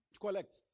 collect